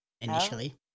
initially